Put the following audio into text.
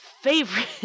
favorite